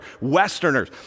Westerners